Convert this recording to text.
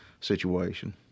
situation